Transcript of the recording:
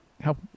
Help